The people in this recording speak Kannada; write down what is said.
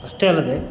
ಅಷ್ಟೇ ಅಲ್ಲದೆ